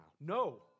No